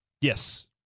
Yes